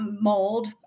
mold